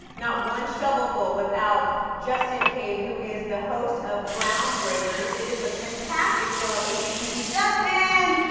not one shovelful, without justin cave, who is the host of ground breakers. it is a fantastic show on hgtv. justin!